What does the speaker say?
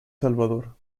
salvador